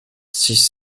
six